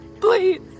Please